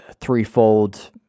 threefold